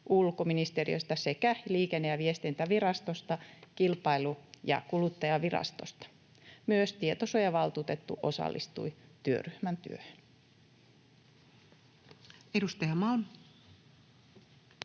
ulkoministeriöstä sekä Liikenne- ja viestintävirastosta ja Kilpailu- ja kuluttajavirastosta. Myös tietosuojavaltuutettu osallistui työryhmän työhön. Edustaja Malm.